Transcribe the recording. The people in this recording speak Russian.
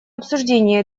обсуждение